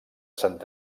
sant